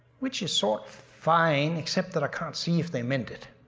which is sort fine except that i can't see if they meant it,